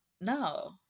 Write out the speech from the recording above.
no